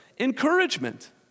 encouragement